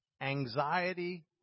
Anxiety